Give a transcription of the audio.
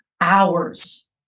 hours